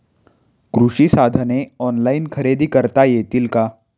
कृषी साधने ऑनलाइन खरेदी करता येतील का?